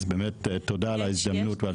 אז באמת תודה על ההזדמנות ועל שיתוף הפעולה.